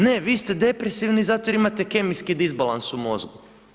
Ne vi ste depresivni zato jer imate kemijski disbalans u mozgu.